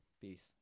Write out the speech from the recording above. Peace